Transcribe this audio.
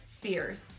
fierce